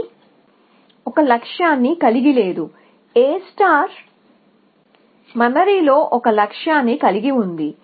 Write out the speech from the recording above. ఇది మెమొరీలో ఒక లక్ష్యాన్ని కలిగి లేదు A మెమొరీలో ఒక లక్ష్యాన్ని కలిగి ఉంది